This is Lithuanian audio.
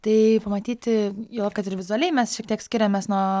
tai pamatyti jog kad ir vizualiai mes šiek tiek skiriamės nuo